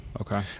Okay